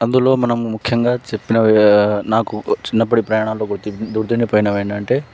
అందులో మనం ముఖ్యంగా చెప్పినవి నాకు చిన్నప్పుడు ప్రయాణాలు గుర్తిండి గుర్తిండి పోయినవి ఏంటంటే